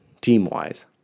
team-wise